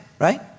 right